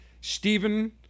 Stephen